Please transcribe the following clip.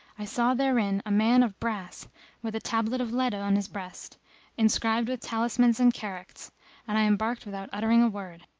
i saw therein a man of brass with a tablet of lead on his breast inscribed with talismans and characts and i embarked without uttering a word.